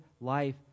life